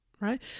right